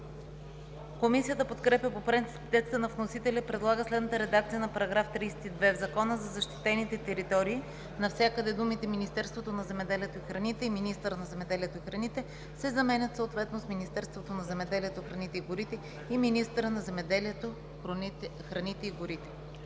Комисията подкрепя по принцип текста на вносителя и предлага следната редакция на § 32: „§ 32. В Закона за защитените територии (обн., ДВ, бр. ...) навсякъде думите „Министерството на земеделието и храните“ и „министъра на земеделието и храните“ се заменят съответно с „Министерството на земеделието, храните и горите“ и „министъра на земеделието, храните и горите“.“